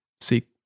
SEEK